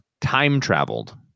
time-traveled